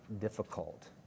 difficult